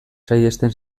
saihesten